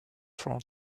for